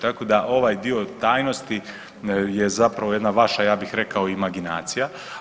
Tako da ovaj dio tajnosti je zapravo jedna vaša ja bih rekao imaginacija.